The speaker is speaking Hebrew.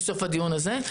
מסוף הדיון הזה.